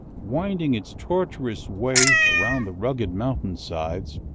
winding its tortuous way around the rugged mountain sides,